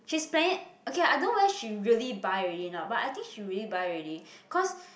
she's planning okay ah I don't know whether she really buy already not but I think she really buy already cause